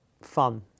fun